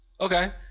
Okay